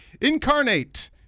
Incarnate